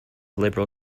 liberal